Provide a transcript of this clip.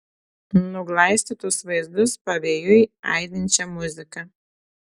nuglaistytus vaizdus pavėjui aidinčią muziką